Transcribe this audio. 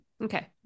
okay